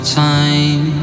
time